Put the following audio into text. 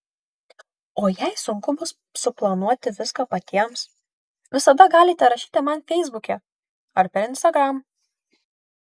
o jei sunku bus suplanuoti viską patiems visada galite rašyti man feisbuke ar per instagram